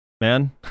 man